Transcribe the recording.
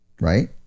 right